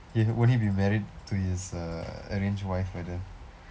he won't he be married to his uh arranged wife by then